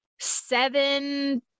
seven